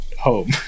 home